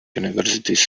universities